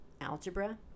algebra